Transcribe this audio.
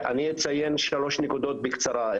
אני אציין שלוש נקודות בקצרה.